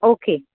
okay